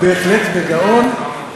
בהחלט בגאון.